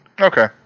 Okay